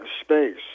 space